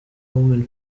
women